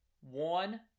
One